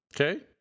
Okay